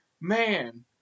man